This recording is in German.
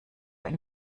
geht